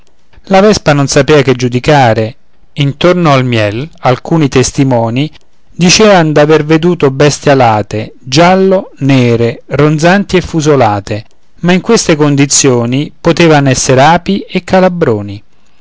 la vespa non sapea che giudicare intorno al miel alcuni testimoni dicean d'aver veduto bestie alate giallo-nere ronzanti e fusolate ma in queste condizioni potevan esser api e calabroni